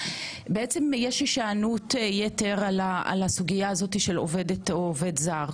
בעצם יש הישענות יתר על הסוגיה הזו של עובדת או עובד זר.